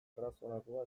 arrazonatua